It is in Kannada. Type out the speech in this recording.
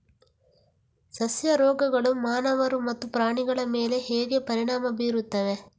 ಸಸ್ಯ ರೋಗಗಳು ಮಾನವರು ಮತ್ತು ಪ್ರಾಣಿಗಳ ಮೇಲೆ ಹೇಗೆ ಪರಿಣಾಮ ಬೀರುತ್ತವೆ